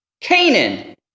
Canaan